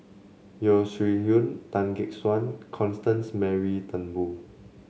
Yeo Shih Yun Tan Gek Suan Constance Mary Turnbull